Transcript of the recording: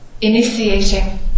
initiating